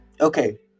Okay